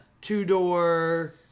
two-door